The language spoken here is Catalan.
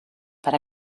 per